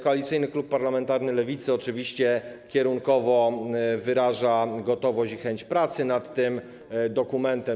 Koalicyjny Klub Parlamentarny Lewicy oczywiście kierunkowo wyraża gotowość i chęć pracy nad tym dokumentem.